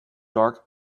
dark